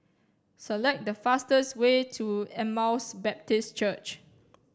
select the fastest way to Emmaus Baptist Church